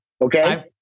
Okay